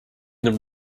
them